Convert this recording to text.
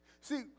See